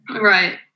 right